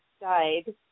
died